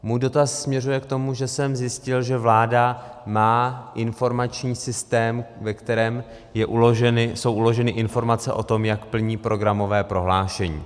Můj dotaz směřuje k tomu, že jsem zjistil, že vláda má informační systém, ve kterém jsou uloženy informace o tom, jak plní programové prohlášení.